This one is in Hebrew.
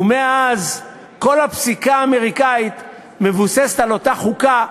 ומאז כל הפסיקה האמריקנית מבוססת על אותה חוקה,